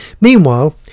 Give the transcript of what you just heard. Meanwhile